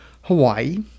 Hawaii